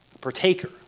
Partaker